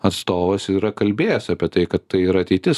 atstovas yra kalbėjęs apie tai kad tai yra ateitis